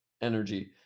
energy